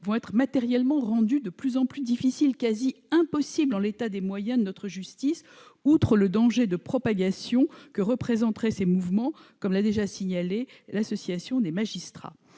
vont être matériellement rendues quasiment impossibles en l'état des moyens de notre justice, outre le danger de propagation que présenteraient ces mouvements, comme l'a déjà signalé l'Association des magistrats.